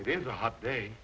is a hot day